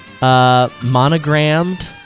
monogrammed